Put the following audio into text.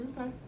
Okay